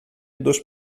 dos